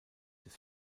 des